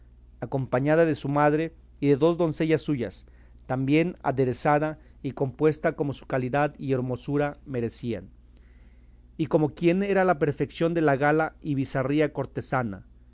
acompañada de su madre y de dos doncellas suyas tan bien aderezada y compuesta como su calidad y hermosura merecían y como quien era la perfeción de la gala y bizarría cortesana